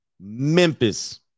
Memphis